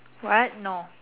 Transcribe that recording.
what no